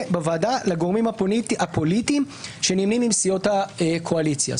בוועדה לגורמים הפוליטיים שנמנים עם סיעות הקואליציה,